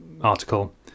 article